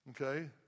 okay